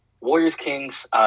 Warriors-Kings